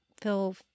feel